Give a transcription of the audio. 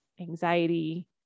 anxiety